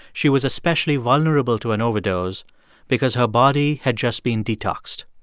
she was especially vulnerable to an overdose because her body had just been detoxed.